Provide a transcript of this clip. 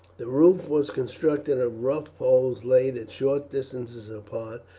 the roof was constructed of rough poles laid at short distances apart,